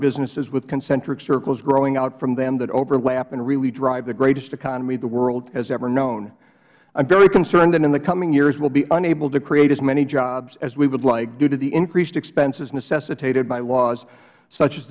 businesses with concentric circles growing out from them that overlap and really drive the greatest economy the world has ever known i am very concerned that in the coming years we will be unable to create as many jobs as we could like due to the increased expenses necessitated by laws such as